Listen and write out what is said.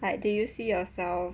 like do you see yourself